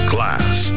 Class